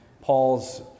Paul's